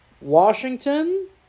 Washington